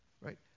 right